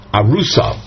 arusa